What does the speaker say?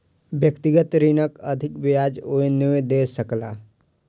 व्यक्तिगत ऋणक अधिक ब्याज ओ नै दय सकला